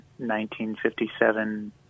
1957